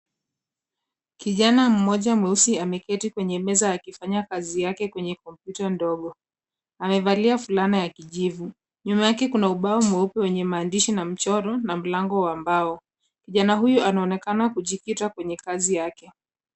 Kijana mmoja mweusi ameketi kwenye meza akifanya kompyuta yake ndogo. Amevalia fulana ya kijivu. Nyuma yake kuna ubao mweupe wenye maandishi na mchoro na mlango wa mbao. Kijana huyu anaonekana kujikita kwenye kazi yake.